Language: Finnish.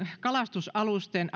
kalastusalusten